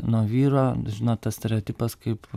nu o vyro žino tas stereotipas kaip